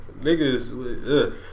Niggas